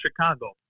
Chicago